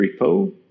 repo